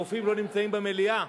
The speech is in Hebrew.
הרופאים לא נמצאים במליאה.